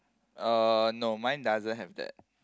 uh no mine doesn't have that